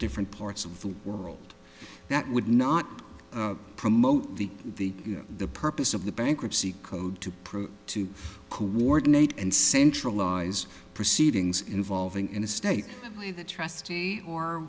different parts of the world that would not promote the the the purpose of the bankruptcy code to prove to coordinate and centralize proceedings involving in a state that trustee or